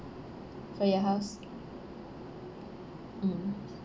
for your house mm